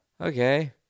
okay